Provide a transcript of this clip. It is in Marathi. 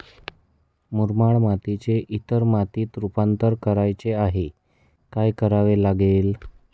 मुरमाड मातीचे इतर मातीत रुपांतर करायचे आहे, काय करावे लागेल?